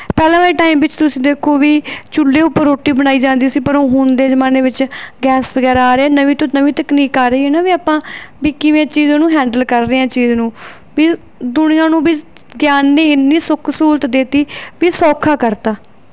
ਪਹਿਲਾਂ ਵਾਲੇ ਟਾਈਮ ਵਿੱਚ ਤੁਸੀਂ ਦੇਖੋ ਵੀ ਚੁੱਲ੍ਹੇ ਉੱਪਰ ਰੋਟੀ ਬਣਾਈ ਜਾਂਦੀ ਸੀ ਪਰ ਉਹ ਹੁਣ ਦੇ ਜ਼ਮਾਨੇ ਵਿੱਚ ਗੈਸ ਵਗੈਰਾ ਆ ਰਹੇ ਨਵੀਂ ਤੋਂ ਨਵੀਂ ਤਕਨੀਕ ਆ ਰਹੀ ਹੈ ਨਾ ਵੀ ਆਪਾਂ ਵੀ ਕਿਵੇਂ ਚੀਜ਼ ਉਹਨੂੰ ਹੈਂਡਲ ਕਰ ਰਹੇ ਹਾਂ ਚੀਜ਼ ਨੂੰ ਵੀ ਦੁਨੀਆਂ ਨੂੰ ਵੀ ਵਿਗਿਆਨ ਨੇ ਇੰਨੀ ਸੁੱਖ ਸਹੂਲਤ ਦੇ ਦਿੱਤੀ ਵੀ ਸੌਖਾ ਕਰਤਾ